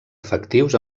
efectius